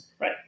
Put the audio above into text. Right